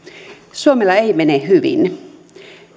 suomella ei mene hyvin